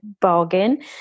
bargain